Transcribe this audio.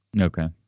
Okay